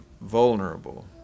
vulnerable